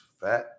fat